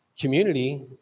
Community